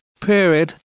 period